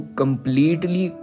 completely